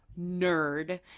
nerd